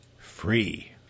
free